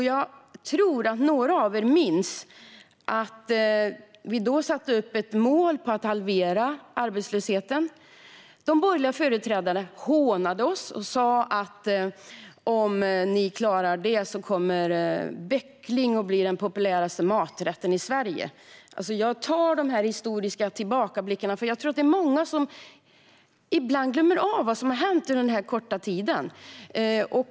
Jag tror att några av er minns att vi då satte upp ett mål om att halvera arbetslösheten. De borgerliga företrädarna hånade oss och sa att om vi klarade det skulle böckling bli den populäraste maträtten i Sverige. Jag gör dessa historiska tillbakablickar, för jag tror att det är många som ibland glömmer vad som har hänt under denna korta tid.